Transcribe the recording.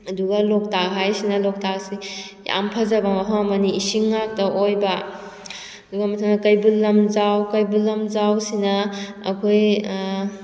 ꯑꯗꯨꯒ ꯂꯣꯛꯇꯥꯛ ꯍꯥꯏꯁꯤꯅ ꯂꯣꯛꯇꯥꯛꯁꯤ ꯌꯥꯝ ꯐꯖꯕ ꯃꯐꯝ ꯑꯃꯅꯤ ꯏꯁꯤꯡ ꯉꯥꯛꯇ ꯑꯣꯏꯕ ꯑꯗꯨꯒ ꯃꯊꯪꯗꯅ ꯀꯩꯕꯨꯜ ꯂꯝꯖꯥꯎ ꯀꯩꯕꯨꯜ ꯂꯝꯖꯥꯎ ꯑꯁꯤꯅ ꯑꯩꯈꯣꯏ